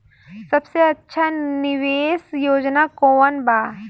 सबसे अच्छा निवेस योजना कोवन बा?